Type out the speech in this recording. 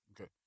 Okay